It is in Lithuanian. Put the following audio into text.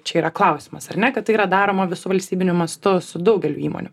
čia yra klausimas ar ne kad tai yra daroma visu valstybiniu mastu su daugeliu įmonių